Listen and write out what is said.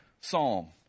psalm